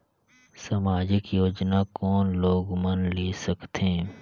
समाजिक योजना कोन लोग मन ले सकथे?